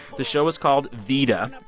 the show is called vida.